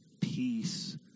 peace